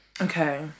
okay